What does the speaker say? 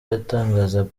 yatangazaga